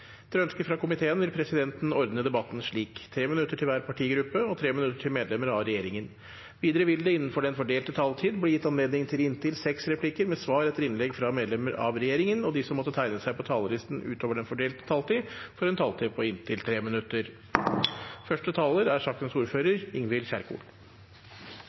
Etter ønske fra energi- og miljøkomiteen vil presidenten ordne debatten slik: 3 minutter til hver partigruppe og 3 minutter til medlemmer av regjeringen. Videre vil det – innenfor den fordelte taletid – bli gitt anledning til inntil seks replikker med svar etter innlegg fra medlemmer av regjeringen, og de som måtte tegne seg på talerlisten utover den fordelte taletid, får en taletid på inntil 3 minutter.